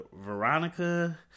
Veronica